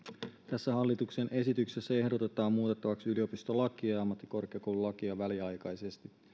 tässä hallituksen esityksessä ehdotetaan muutettavaksi yliopistolakia ja ammattikorkeakoululakia väliaikaisesti